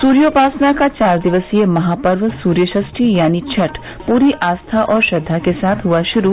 सुर्योपासना का चार दिवसीय महापर्व सुर्यषप्ठी यानी छठ प्री आस्था और श्रद्वा के साथ हुआ शुरू